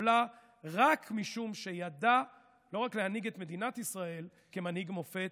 התקבלה רק משום שידע לא רק להנהיג את מדינת ישראל כמנהיג מופת,